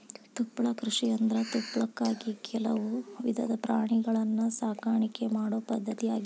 ತುಪ್ಪಳ ಕೃಷಿಯಂದ್ರ ತುಪ್ಪಳಕ್ಕಾಗಿ ಕೆಲವು ವಿಧದ ಪ್ರಾಣಿಗಳನ್ನ ಸಾಕಾಣಿಕೆ ಮಾಡೋ ಪದ್ಧತಿ ಆಗೇತಿ